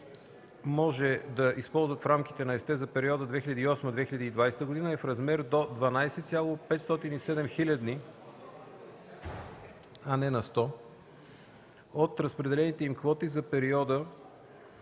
може да използват в рамките на ЕСТЕ за периода 2008-2020 г., е в размер до 12,507 хилядни от разпределените им квоти за периода